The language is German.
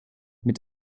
mit